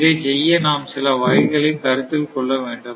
இதைச் செய்ய நாம் சில வகைகளை கருத்தில் கொள்ள வேண்டும்